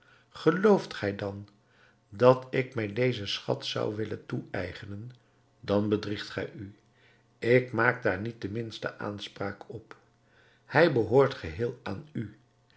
gelooft gij dan dat ik mij dezen schat zou willen toeëigenen dan bedriegt gij u ik maak daar niet de minste aanspraak op hij behoort geheel aan u